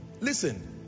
Listen